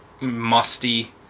musty